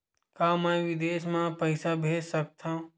का मैं विदेश म पईसा भेज सकत हव?